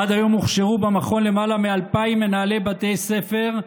עד היום הוכשרו במכון למעלה מ-2,000 מנהלי בתי ספר,